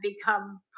become